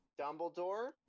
Dumbledore